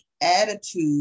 attitude